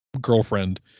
girlfriend